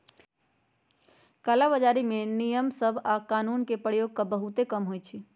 कला बजारी में नियम सभ आऽ कानून के प्रयोग बहुते कम होइ छइ